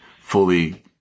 fully